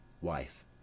Wife